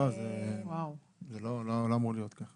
לא, זה לא אמור להיות ככה.